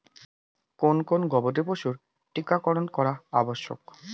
কোন কোন গবাদি পশুর টীকা করন করা আবশ্যক?